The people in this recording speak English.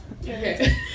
Okay